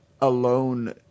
alone